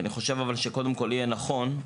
אבל אני חושב שקודם כול נכון יהיה,